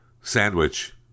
sandwich